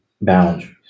boundaries